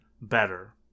better